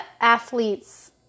athletes